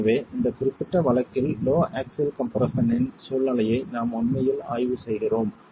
எனவே இந்த குறிப்பிட்ட வழக்கில் லோ ஆக்ஸில் கம்ப்ரெஸ்ஸன் இன் சூழ்நிலையை நாம் உண்மையில் ஆய்வு செய்கிறோம்